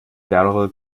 barrel